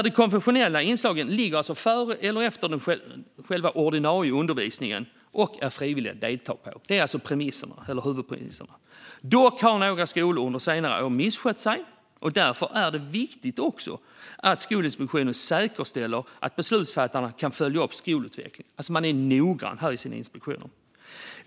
De konfessionella inslagen ligger före eller efter ordinarie undervisning och är frivilliga att delta i. Det är huvudpremisserna. Dock har några skolor under senare år misskött sig, och därför är det viktigt att Skolinspektionen säkerställer att beslutsfattarna kan följa upp skolutvecklingen och är noggranna i sina inspektioner.